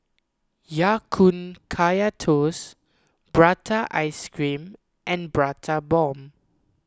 Ya Kun Kaya Toast Prata Ice Cream and Prata Bomb